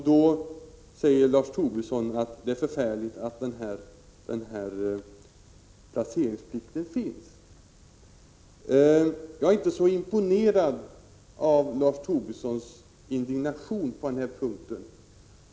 Då säger Lars Tobisson att det är förfärligt att placeringsplikten finns. Jag är inte så imponerad av Lars Tobissons indignation på den här punkten.